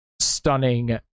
stunning